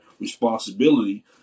responsibility